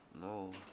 No